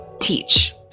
teach